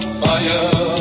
fire